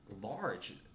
large